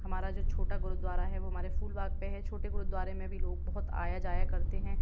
हमारा जो छोटा गुरुद्वारा है वो हमारे फूलबाग़ पर है छोटे गुरुद्वारे में भी लोग बहुत आया जाया करते हैं